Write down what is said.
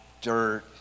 dirt